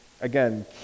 again